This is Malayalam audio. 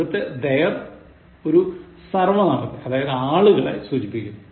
ഇവിടുത്തെ their ഒരു സർവ്വനാമത്തെ അതായത് ആളുകളെ സൂചിപ്പിക്കുന്നു